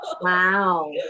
Wow